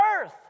earth